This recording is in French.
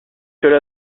cela